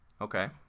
Okay